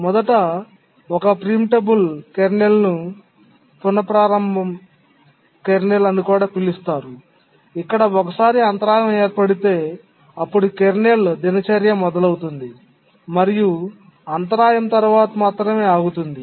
మొదట ఒక ప్రీమిటిబుల్ కెర్నల్ను పునప్రారంభ కెర్నల్ అని కూడా పిలుస్తారు ఇక్కడ ఒకసారి అంతరాయం ఏర్పడితే అప్పుడు కెర్నల్ దినచర్య మొదలవుతుంది మరియు అంతరాయం తర్వాత మాత్రమే ఆగుతుంది